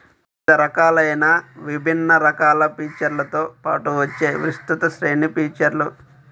వివిధ రకాలైన విభిన్న రకాల ఫీచర్లతో పాటు వచ్చే విస్తృత శ్రేణి ఫీచర్లు